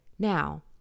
Now